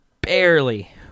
barely